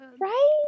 Right